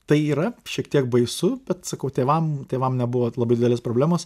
tai yra šiek tiek baisu bet sakau tėvam tėvam nebuvo labai didelės problemos